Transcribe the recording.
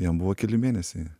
jam buvo keli mėnesiai